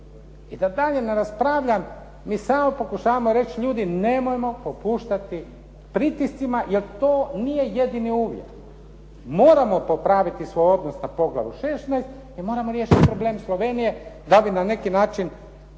I da dalje ne raspravljam, mi samo pokušavamo reći ljudi nemojmo popuštati pritiscima jer to nije jedini uvjet. Moramo popraviti svoj odnos na Poglavlju 16 i moramo riješiti problem Slovenije da bi na neki način